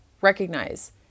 recognize